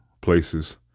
places